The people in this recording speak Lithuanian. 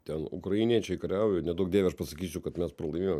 ten ukrainiečiai kariauja neduok dieve aš pasakysiu kad mes pralaimėjom